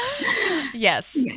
Yes